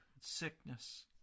sickness